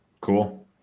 cool